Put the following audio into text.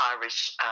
Irish